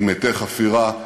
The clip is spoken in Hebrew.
עם אתי חפירה,